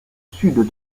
sud